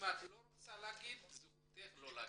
אם את לא רוצה להגיד זכותך לא להגיד.